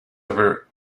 ever